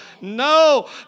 No